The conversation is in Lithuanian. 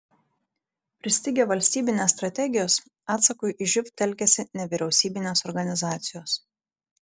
pristigę valstybinės strategijos atsakui į živ telkiasi nevyriausybinės organizacijos